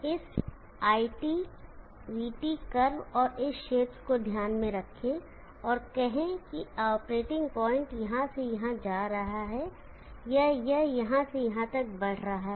इस iT vT curve और इस क्षेत्र को ध्यान में रखें और कहें कि ऑपरेटिंग पॉइंट यहाँ से यहाँ जा रहा है या यह यहाँ से यहाँ तक बढ़ रहा है